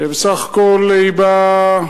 שבסך הכול היא באה